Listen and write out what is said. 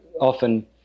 often